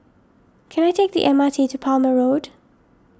can I take the M R T to Palmer Road